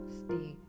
stay